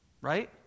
Right